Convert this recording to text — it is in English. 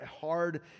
hard